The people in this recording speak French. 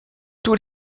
tous